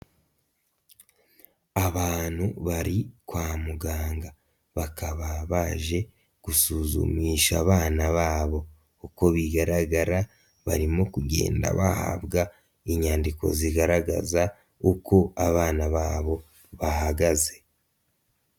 Abantu bari kwa muganga bakaba baje gusuzumisha abana babo, uko bigaragara barimo kugenda bahabwa inyandiko zigaragaza uko abana babo bahagaze.